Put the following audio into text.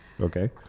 Okay